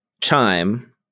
Chime